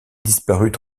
disparut